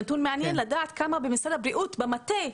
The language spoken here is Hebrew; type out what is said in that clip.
זה נתון מעניין לדעת כמה במשרד הבריאות במטה,